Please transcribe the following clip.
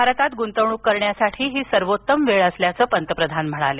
भारतात गुंतवणूक करण्यासाठी ही सर्वोत्तम वेळ असल्याचं पंतप्रधान म्हणाले